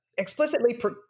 Explicitly